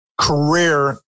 career